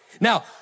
Now